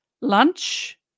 lunch